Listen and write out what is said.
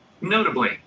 Notably